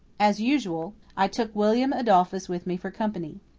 as usual, i took william adolphus with me for company.